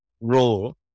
role